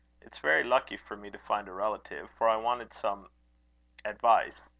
it's very lucky for me to find a relative, for i wanted some advice.